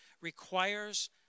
requires